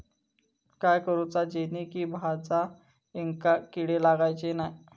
काय करूचा जेणेकी भाजायेंका किडे लागाचे नाय?